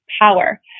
power